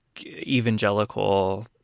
evangelical